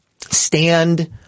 Stand